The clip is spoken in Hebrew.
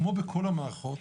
כמו בכל המערכות,